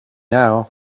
now